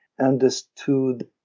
understood